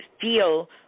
feel